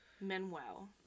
Manuel